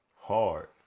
hard